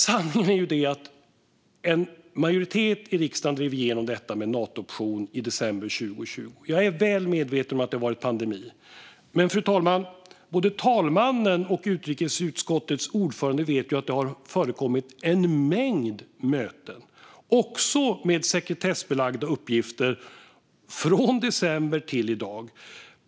Sanningen är att en majoritet i riksdagen drev igenom detta om en Natooption i december 2020. Jag är väl medveten om att det har varit en pandemi, men både fru talmannen och utrikesutskottets ordförande vet att det har förekommit en mängd möten, också med sekretessbelagda uppgifter, från december till i dag.